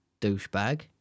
Douchebag